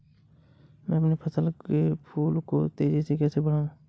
मैं अपने कमल के फूल को तेजी से कैसे बढाऊं?